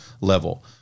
level